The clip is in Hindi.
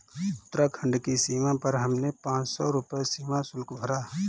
उत्तराखंड की सीमा पर हमने पांच सौ रुपए सीमा शुल्क भरा